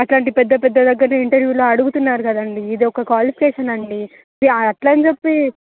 అలాంటి పెద్ద పెద్ద దగ్గర ఇంటర్వ్యూలో అడుగుతున్నారు కదండి ఇది ఒక క్వాలిఫికేషన్ అండి ఇది అట్లని చెప్పి